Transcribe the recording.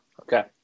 Okay